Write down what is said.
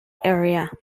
area